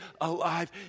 alive